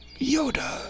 Yoda